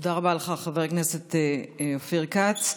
תודה רבה לך, חבר הכנסת אופיר כץ.